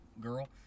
girl